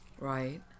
Right